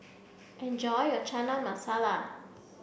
enjoy your Chana Masala